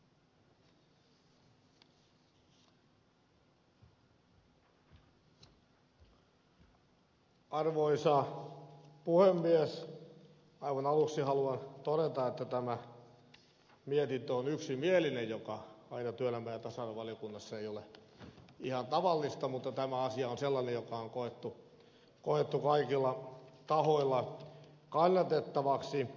aivan aluksi haluan todeta että tämä mietintö on yksimielinen mikä työelämä ja tasa arvovaliokunnassa ei aina ole ihan tavallista mutta tämä asia on sellainen joka on koettu kaikilla tahoilla kannatettavaksi